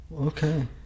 Okay